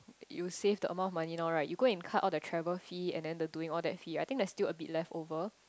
you save the amount of money now right you go and cut all the travel fee and then the doing all that fee I think there's still a bit leftover